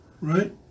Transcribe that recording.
right